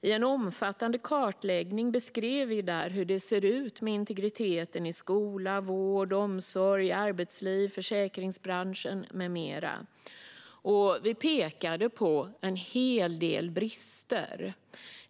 I en omfattande kartläggning beskrev vi där hur det ser ut med integriteten i skola, vård, omsorg, arbetsliv, försäkringsbranschen med mera. Vi pekade på en hel del brister.